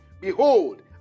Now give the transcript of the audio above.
Behold